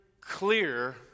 clear